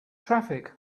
traffic